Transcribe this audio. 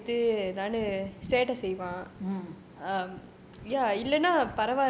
mm